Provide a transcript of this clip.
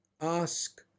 ask